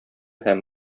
һәм